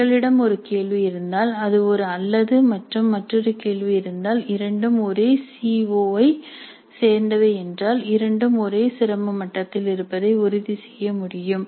எங்களிடம் ஒரு கேள்வி இருந்தால் அது ஒரு 'அல்லது' மற்றும் மற்றொரு கேள்வி இருந்தால் இரண்டும் ஒரே சீஒ ஐச் சேர்ந்தவை என்றால் இரண்டும் ஒரே சிரம மட்டத்தில் இருப்பதை உறுதிசெய்ய முடியும்